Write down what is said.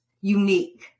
unique